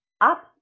up